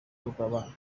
tukaba